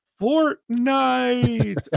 Fortnite